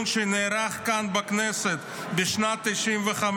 מדיון שנערך כאן בכנסת בשנת 1995: